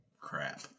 crap